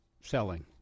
selling